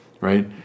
right